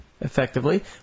effectively